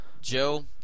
Joe